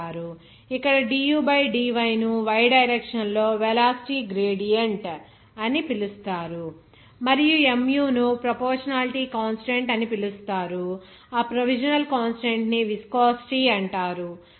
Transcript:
ఇక్కడ du by dy ను y direction లో వెలాసిటీ గ్రేడియంట్ అని పిలుస్తారు మరియు mu ను ప్రపోర్షనాలిటీ కాన్స్టాంట్ అని పిలుస్తారు ఆ ప్రొవిజనల్ కాన్స్టాంట్ ని విస్కోసిటీ అంటారు